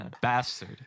bastard